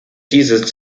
dieses